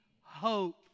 hope